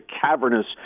cavernous